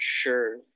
sure